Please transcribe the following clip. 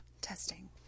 Testing